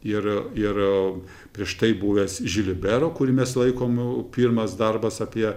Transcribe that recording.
ir ir prieš tai buvęs žilibero kurį mes laikom pirmas darbas apie